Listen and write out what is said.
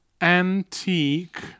Antique